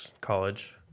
college